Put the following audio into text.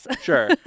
Sure